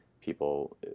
people